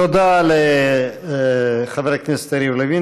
תודה לחבר הכנסת יריב לוין,